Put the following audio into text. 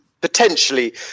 potentially